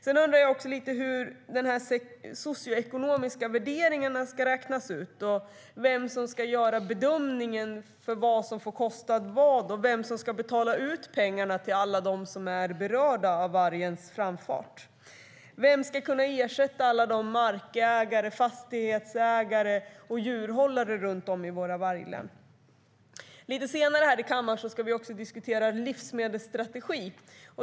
Jag undrar hur de socioekonomiska värderingarna ska räknas ut och vem som ska göra bedömningen av vad som får kosta vad och vem som ska betala ut pengarna till alla som är berörda av vargens framfart. Vem ska kunna ersätta alla markägare, fastighetsägare och djurhållare runt om i våra varglän? Lite senare ska vi här i kammaren diskutera livsmedelsstrategin.